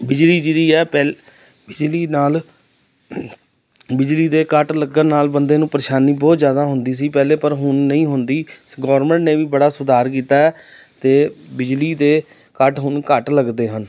ਬਿਜਲੀ ਜਿਰੀ ਆ ਪਹਿ ਬਿਜਲੀ ਨਾਲ ਬਿਜਲੀ ਦੇ ਕੱਟ ਲੱਗਣ ਨਾਲ ਬੰਦੇ ਨੂੰ ਪਰੇਸ਼ਾਨੀ ਬਹੁਤ ਜ਼ਿਆਦਾ ਹੁੰਦੀ ਸੀ ਪਹਿਲੇ ਪਰ ਹੁਣ ਨਹੀਂ ਹੁੰਦੀ ਗੌਰਮੈਂਟ ਨੇ ਵੀ ਬੜਾ ਸੁਧਾਰ ਕੀਤਾ ਅਤੇ ਬਿਜਲੀ ਦੇ ਕੱਟ ਹੁਣ ਘੱਟ ਲੱਗਦੇ ਹਨ